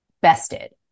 bested